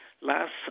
Last